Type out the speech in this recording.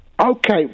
Okay